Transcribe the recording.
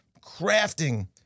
crafting